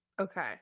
Okay